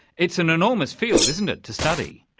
it's an enormous field, isn't it, to study.